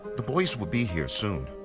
the boys will be here soon.